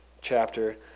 chapter